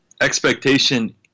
expectation